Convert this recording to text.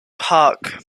park